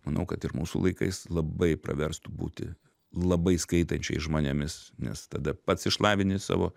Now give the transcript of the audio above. manau kad ir mūsų laikais labai praverstų būti labai skaitančiais žmonėmis nes tada pats išlavini savo